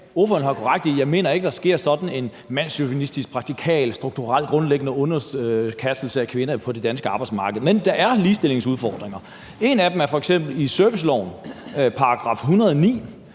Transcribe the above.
ordføreren ret i. Men jeg mener ikke, at der sker sådan en mandschauvinistisk, praktikabel strukturelt grundlæggende undertrykkelse af kvinder på det danske arbejdsmarked. Men der er ligestillingsudfordringer. En af dem ser vi f.eks. i servicelovens § 109,